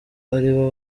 aribo